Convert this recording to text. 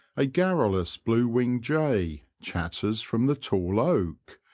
a garrulous blue-winged jay chatters from the tall oak,